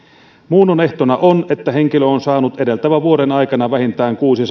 muunnon ehtona on että henkilö on saanut edeltävän vuoden aikana vähintään kuusi